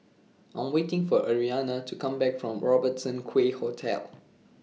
I Am waiting For Arianna to Come Back from Robertson Quay Hotel